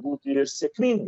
būti ir sėkminga